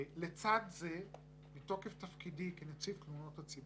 לצד זה, בתוקף תפקידי כנציב תלונות הציבור,